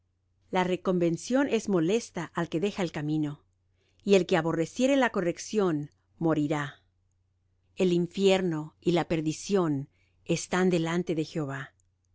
la reconvención es molesta al que deja el camino y el que aborreciere la corrección morirá el infierno y la perdición están delante de jehová